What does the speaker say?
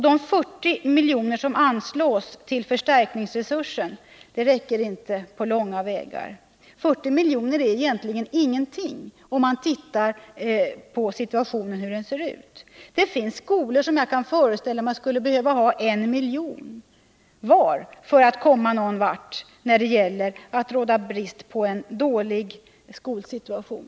De 40 milj.kr. som anslås till förstärkningsresurser räcker inte på långa vägar. 40 miljoner är egentligen ingenting, om man ser på situationen. Det finns skolor som jag kan föreställa mig skulle behöva ha en miljon var för att komma någon vart när det gäller att råda bot på en dålig skolsituation.